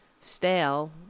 stale